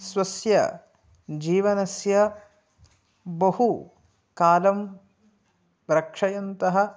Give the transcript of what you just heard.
स्वस्य जीवनस्य बहुकालं रक्षयन्तः